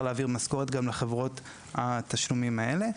להעביר משכורת גם לחברות התשלומים האלה.